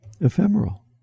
ephemeral